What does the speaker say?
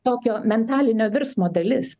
tokio mentalinio virsmo dalis